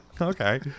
Okay